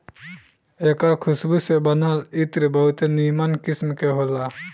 एकर खुशबू से बनल इत्र बहुते निमन किस्म के होला